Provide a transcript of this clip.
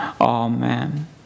Amen